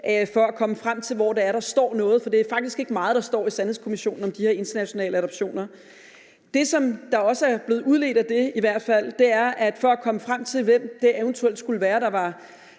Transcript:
for at komme frem til, hvor det er, der står noget. For det er faktisk ikke meget, der står hos Sandhedskommissionen om de her internationale adoptioner. Det, som der i hvert fald også er blevet udledt af det, er, at det for at komme frem til, hvem det eventuelt skulle være der var